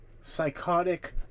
psychotic